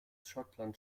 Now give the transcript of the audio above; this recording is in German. schottland